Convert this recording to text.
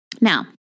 Now